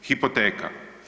Hipoteka.